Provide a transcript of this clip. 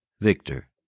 victor